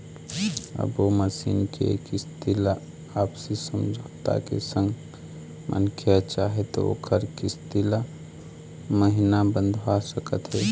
अब ओ मसीन के किस्ती ल आपसी समझौता के संग मनखे ह चाहे त ओखर किस्ती ल महिना बंधवा सकत हे